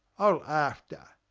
i'll after.